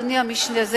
אדוני המשנה,